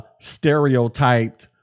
stereotyped